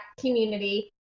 community